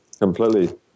completely